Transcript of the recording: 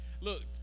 Look